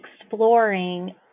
exploring